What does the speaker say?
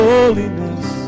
Holiness